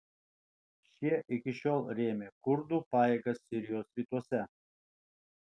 šie iki šiol rėmė kurdų pajėgas sirijos rytuose